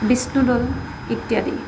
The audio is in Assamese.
বিষ্ণু দৌল ইত্যাদি